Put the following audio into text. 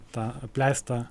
tą apleistą